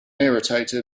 irritated